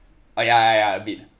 oh ya ya ya a bit